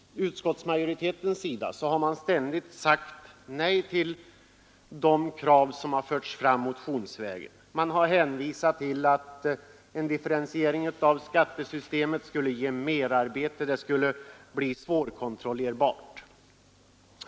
Utskottsmajoriteten har ständigt sagt nej till de krav som förts fram motionsvägen. Man har hänvisat till att en differentiering av skattesystemet skulle ge merarbete och att systemet skulle bli svårkontrollerbart.